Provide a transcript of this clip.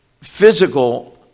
physical